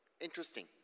Interesting